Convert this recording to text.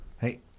Hey